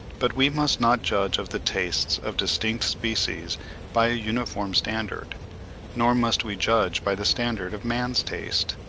but we must not judge of the tastes of distinct species by a uniform standard nor must we judge by the standard of man's taste.